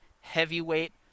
heavyweight